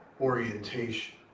orientation